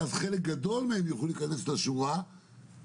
ואז חלק גדול מהם יוכלו להיכנס לשורה ורק